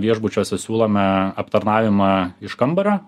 viešbučiuose siūlome aptarnavimą iš kambario